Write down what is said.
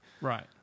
Right